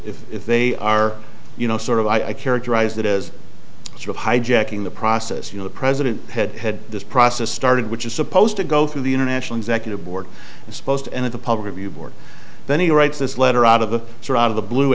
if if they are you know sort of i characterize that as of hijacking the process you know the president had had this process started which is supposed to go through the international executive board is supposed to end at the public review board then he writes this letter out of the so out of the blue